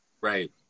Right